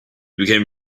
became